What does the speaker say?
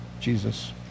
Jesus